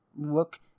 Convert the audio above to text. look